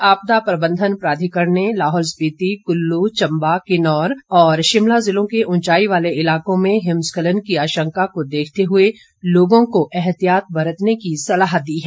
राज्य आपदा प्रबंधन प्राधिकरण ने लाहौल स्पिति कुल्लू चंबा किन्नौर और शिमला जिलों के उंचाई वाले इलाकों में हिमस्खलन की आशंका को देखते हुए एहतियात बरतने की सलाह दी है